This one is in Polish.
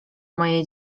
moje